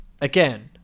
again